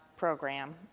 program